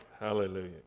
Hallelujah